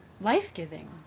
life-giving